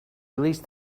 release